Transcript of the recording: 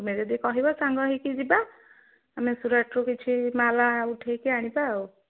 ତୁମେ ଯଦି କହିବ ସାଙ୍ଗ ହେଇକି ଯିବା ଆମେ ସୁରଟ୍ରୁୁ କିଛି ମାଲ୍ ଉଠେଇକି ଆଣିବା ଆଉ